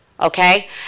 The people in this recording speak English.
okay